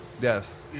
Yes